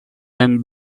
them